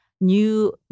new